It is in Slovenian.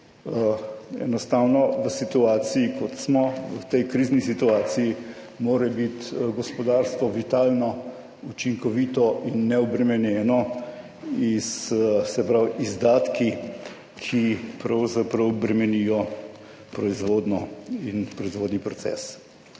Enostavno v situaciji kot smo, v tej krizni situaciji mora biti gospodarstvo vitalno, učinkovito in neobremenjeno z, se pravi, izdatki, ki pravzaprav bremenijo proizvodnjo in proizvodni proces.